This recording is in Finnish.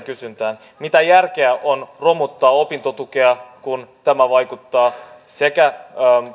kysyntään mitä järkeä on romuttaa opintotukea kun tämä sekä vaikuttaa